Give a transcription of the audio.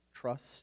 trust